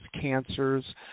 cancers